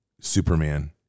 Superman